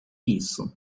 isso